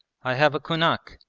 i have a kunak,